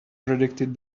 predicted